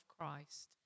Christ